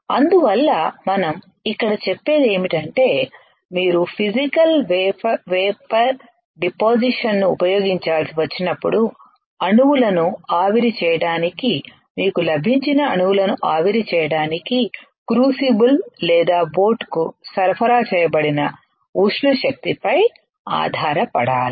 అందువల్ల మనం ఇక్కడ చెప్పేది ఏమిటంటే మీరు ఫిసికల్ వేపర్ డిపాసిషన్ ను ఉపయోగించాల్సి వచ్చినప్పుడు అణువులను ఆవిరి చేయడానికి మీకు లభించిన అణువులను ఆవిరి చేయడానికి క్రూసిబుల్ లేదా బోట్ కు సరఫరా చేయబడిన ఉష్ణ శక్తి పై ఆధారపడాలి